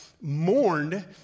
mourned